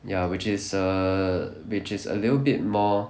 ya which is err which is a little bit more